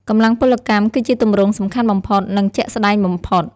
កម្លាំងពលកម្ម គឺជាទម្រង់សំខាន់បំផុត និងជាក់ស្តែងបំផុត។